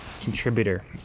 contributor